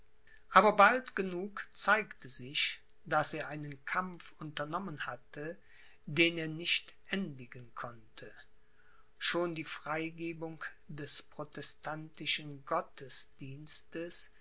aber bald genug zeigte sich daß er einen kampf unternommen hatte den er nicht endigen konnte schon die freigebung des protestantischen gottesdienstes